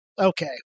Okay